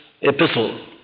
epistle